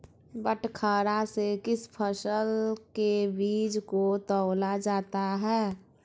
बटखरा से किस फसल के बीज को तौला जाता है?